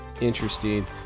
interesting